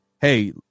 hey